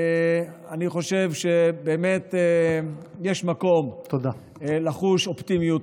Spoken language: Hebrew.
אני חושב שבאמת יש מקום לחוש אופטימיות